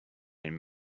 and